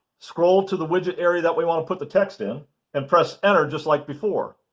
scroll to the widget area that we want to put the text in and press enter just like before.